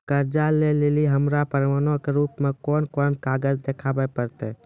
कर्जा लै लेली हमरा प्रमाणो के रूपो मे कोन कोन कागज देखाबै पड़तै?